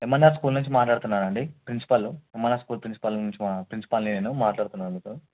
MNR school నుంచి మాట్లాడుతున్నాను అండి ప్రిన్సిపలు ఎమ్ఎన్ఆర్ స్కూల్ ప్రిన్సిపల్ నుంచి మాట్లా ప్రిన్సిపల్ని నేను మట్లాడుతున్నాను మీతో